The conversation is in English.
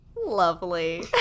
Lovely